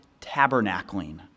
tabernacling